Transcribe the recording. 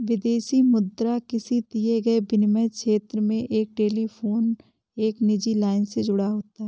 विदेशी मुद्रा किसी दिए गए विनिमय क्षेत्र में एक टेलीफोन एक निजी लाइन से जुड़ा होता है